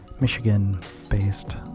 Michigan-based